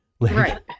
Right